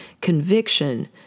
Conviction